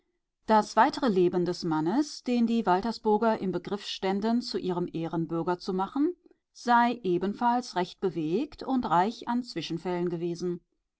das weitere leben des mannes den die waltersburger im begriff ständen zu ihrem ehrenbürger zu machen sei ebenfalls recht bewegt und reich an zwischenfällen gewesen